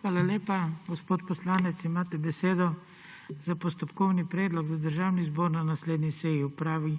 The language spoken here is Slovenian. Hvala lepa. Gospod poslanec, imate besedo za postopkovni predlog, da Državni zbor na naslednji seji opravi